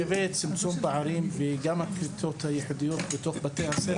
לגבי צמצום פערים וגם הקבוצות הייחודיות בתוך בתי הספר,